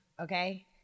okay